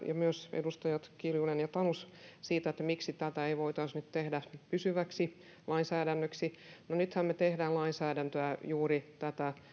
ja myös edustajat kiljunen ja tanus kysyivät siitä miksi tätä ei voitaisi nyt tehdä pysyväksi lainsäädännöksi no nythän me teemme lainsäädäntöä juuri tätä